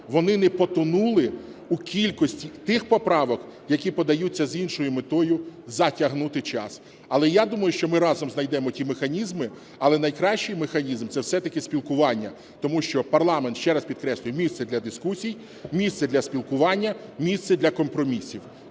вони не потонули у кількості тих поправок, які подаються з іншою метою – затягнути час. Але я думаю, що ми разом знайдемо ті механізми… Але найкращий механізм – це все-таки спілкування. Тому що парламент, ще раз підкреслюю, – місце для дискусій, місце для спілкування, місце для компромісів.